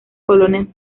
colonias